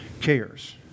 cares